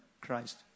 Christ